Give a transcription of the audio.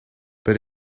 but